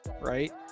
right